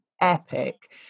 epic